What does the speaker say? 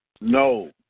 No